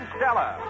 Stella